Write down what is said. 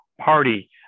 party